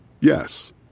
Yes